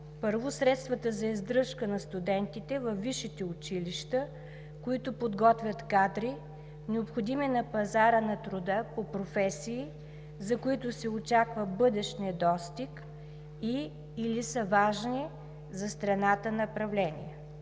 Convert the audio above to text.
първо, средствата за издръжка на студентите във висшите училища, които подготвят кадри, необходими на пазара на труда по професии, за които се очаква бъдещ недостиг и/или са важни за страната направления?